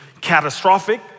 catastrophic